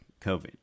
COVID